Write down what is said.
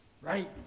Right